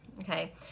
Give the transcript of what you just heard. okay